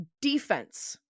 defense